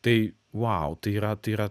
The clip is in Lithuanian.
tai vau tai yra tai yra